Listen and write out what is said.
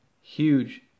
huge